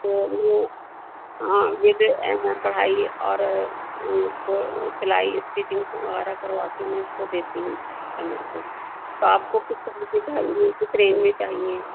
تو میں ہاں ود کرھائی اور اس کو سلائی اسٹیچنگ وغیرہ کروا کے میں اس کو دیتی ہوں کسٹمر کو تو آپ کو کس طرح سے چاہئیں کس رینج میں چاہئیں